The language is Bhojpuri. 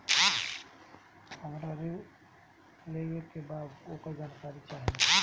हमरा ऋण लेवे के बा वोकर जानकारी चाही